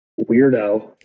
weirdo